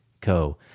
Co